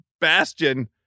bastion